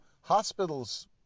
hospitals